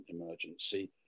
emergency